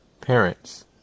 parents